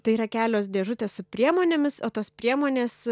tai yra kelios dėžutės su priemonėmis o tos priemonės